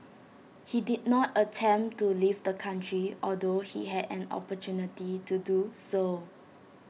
he did not attempt to leave the country although he had an opportunity to do so